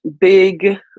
big